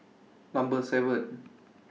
Number seven